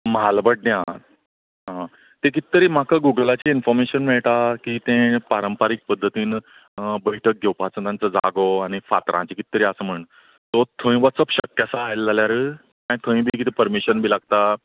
म्हालबड्ड्यां आं तें कितें तरी म्हाका गुगलाचेर ईनफोर्मेशन मेळटा की तें पारंपारीक पध्दतीन बैठक घेवपाचो तांचो जागो आनी फातरांचे कितें तरी आसा म्हण सो थंय वचप शक्य आसा आयले जाल्यार काय थंय बी कितें पर्मिशन बी कितें लागता